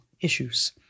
issues